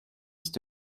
ist